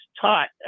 taught